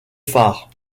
phares